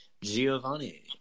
Giovanni